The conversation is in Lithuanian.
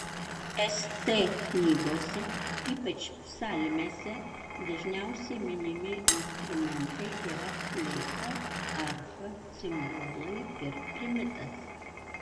st knygose ypač psalmėse dažniausiai minimi instrumentai yra fleita arfa cimbolai ir trimitas